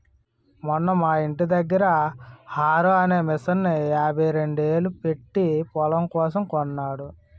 మొన్న మా యింటి దగ్గర హారో అనే మిసన్ని యాభైరెండేలు పెట్టీ పొలం కోసం కొన్నాడట